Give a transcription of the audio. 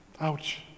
Ouch